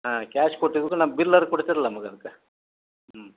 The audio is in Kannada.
ಹಾಂ ಕ್ಯಾಶ್ ಕೊಟ್ಟಿದ್ರೆ ನಾನು ಬಿಲ್ ಆರ್ ಕೊಡ್ತಿರ್ಲ ನಮ್ಗೆ ಅದ್ಕೆ ಹ್ಞೂ